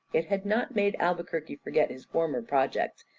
it had not made albuquerque forget his former projects.